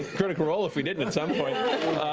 critical role if we didn't at some point.